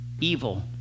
evil